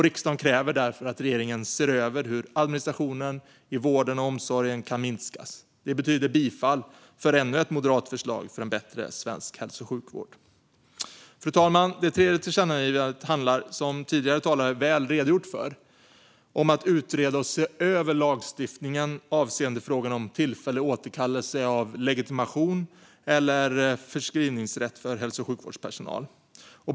Riksdagen kräver därför att regeringen ser över hur administrationen i vården och omsorgen kan minskas. Det betyder bifall till ännu ett moderat förslag för en bättre svensk hälso och sjukvård. Fru talman! Det tredje tillkännagivandet handlar, som tidigare talare väl redogjort för, om att utreda och se över lagstiftningen avseende frågan om tillfällig återkallelse av legitimation liksom av förskrivningsrätt för hälso och sjukvårdspersonal.